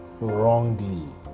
wrongly